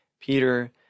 Peter